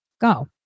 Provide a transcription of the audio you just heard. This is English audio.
Go